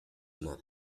not